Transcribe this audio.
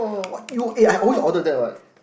what you eh I always order that [what]